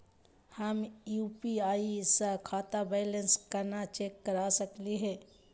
हम यू.पी.आई स खाता बैलेंस कना चेक कर सकनी हे?